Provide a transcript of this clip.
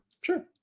sure